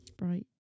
Right